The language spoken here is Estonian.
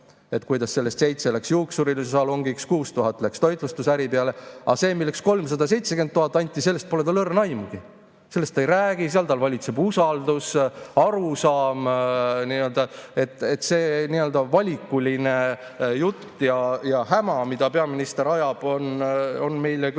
ja kuidas sellest 7000 läks juuksurisalongile, 6000 läks toitlustusäri peale. Aga sellest, milleks 370 000 anti, pole tal õrna aimugi. Sellest ta ei räägi, seal tal valitseb usaldus ja arusaam. See valikuline jutt ja häma, mida peaminister ajab, on meile kõigile